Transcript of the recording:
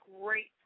great